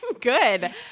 good